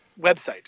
website